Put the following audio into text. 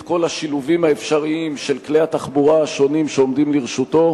את כל השילובים האפשריים של כלי התחבורה השונים שעומדים לרשותו,